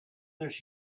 this